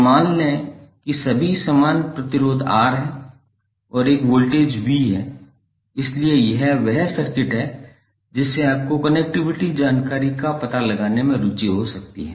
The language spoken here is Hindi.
तो मान लें कि सभी समान प्रतिरोध R हैं और यह वोल्टेज V है इसलिए यह वह सर्किट है जिससे आपको कनेक्टिविटी जानकारी का पता लगाने में रुचि हो सकती है